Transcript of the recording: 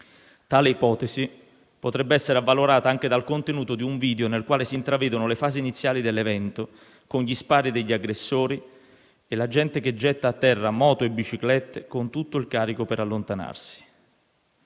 ipotesi potrebbe essere avvalorata anche dal contenuto di un video nel quale si intravedono le fasi iniziali dell'evento con gli spari degli aggressori e la gente che getta a terra moto e biciclette con tutto il carico per allontanarsi.